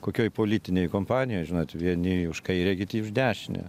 kokioj politinėj kompanijoj žinot vieni už kairę kiti už dešinę